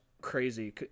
crazy